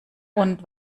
und